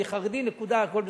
אני חרדי, נקודה, הכול בסדר.